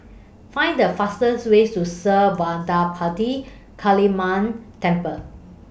Find The fastest ways to Sri Vadapathira Kaliamman Temple